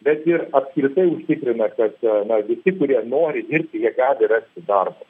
bet ir apskritai užtikrina kad na visi kurie nori dirbti jie gali rasti darbo